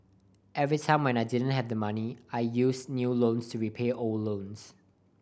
every time when I didn't have the money I used new loans to repay old loans